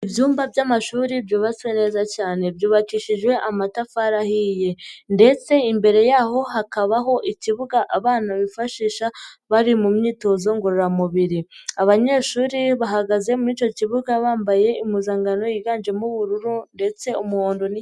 Ibyumba by'amashuri byubatswe neza cyane, byubakishijwe amatafari ahiye ndetse imbere y'aho hakabaho ikibuga abana bifashisha bari mu myitozo ngororamubiri, abanyeshuri bahagaze muri icyo kibuga bambaye impuzankano yiganjemo ubururu ndetse umuhondo.